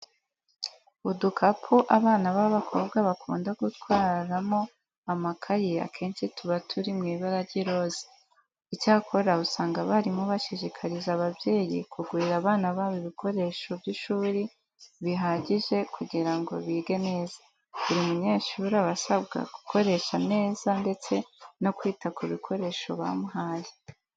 Udukapu abana b'abakobwa bakunda gutwaramo amakayi akenshi tuba turi mu ibara ry'iroze. Icyakora usanga abarimu bashishikariza ababyeyi kugurira abana babo ibikoresho by'ishuri bihagije kugira ngo bige neza. Buri munyeshuri aba asabwa gukoresha neza ndetse no kwita ku bikoresho bamuhaye.